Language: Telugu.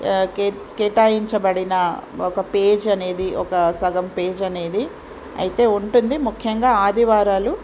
కే కేటాయించబడిన ఒక పేజ్ అనేది ఒక సగం పేజ్ అనేది అయితే ఉంటుంది ముఖ్యంగా ఆదివారాలు